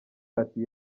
ati